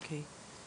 אוקיי.